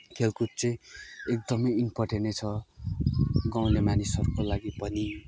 खेलकुद चाहिँ एकदमै इम्पोर्टेन्ट नै छ गाउँले मानिसहरूको लागि पनि